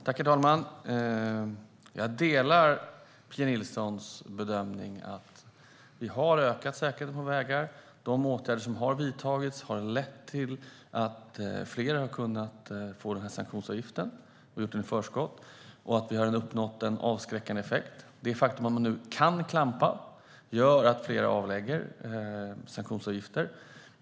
Herr talman! Jag delar Pia Nilssons bedömning att vi har ökat säkerheten på våra vägar. De åtgärder som har vidtagits har lett till att fler har betalat sanktionsavgiften i förskott, och vi har uppnått en avskräckande effekt. Det faktum att man nu kan klampa gör att fler erlägger sanktionsavgifter.